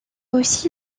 aussi